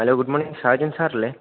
hello good morning Sajan സാറല്ലേ